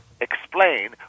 explain